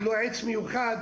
לא עץ מיוחד,